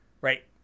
right